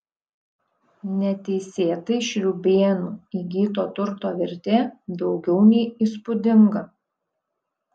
neteisėtai šriūbėnų įgyto turto vertė daugiau nei įspūdinga